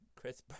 Chris